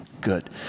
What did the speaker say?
good